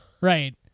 Right